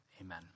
Amen